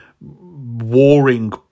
Warring